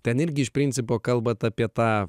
ten irgi iš principo kalbat apie tą